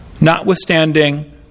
notwithstanding